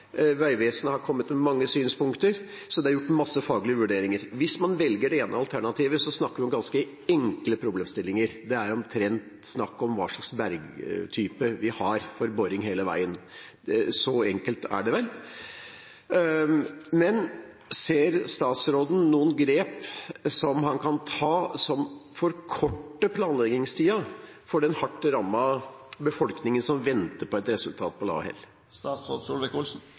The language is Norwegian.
Vegvesenet har kommet med mange synspunkter, så det er gjort masse faglige vurderinger. Hvis man velger det ene alternativet, snakker vi om ganske enkle problemstillinger. Det er omtrent snakk om hva slags bergtype vi har for boring hele veien – så enkelt er det vel. Men ser statsråden noen grep som han kan ta som forkorter planleggingstiden for den hardt rammede befolkningen som venter på et resultat på Lahell?